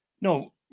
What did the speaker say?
no